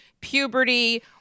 puberty